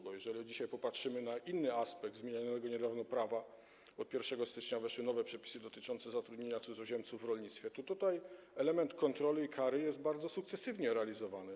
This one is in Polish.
Bo jeżeli dzisiaj popatrzymy na inny aspekt zmienianego niedawno prawa - od 1 stycznia weszły nowe przepisy dotyczące zatrudniania cudzoziemców w rolnictwie - to tutaj element kontroli i kary jest sukcesywnie realizowany.